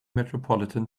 metropolitan